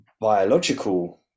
biological